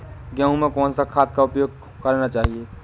गेहूँ में कौन सा खाद का उपयोग करना चाहिए?